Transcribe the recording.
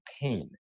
pain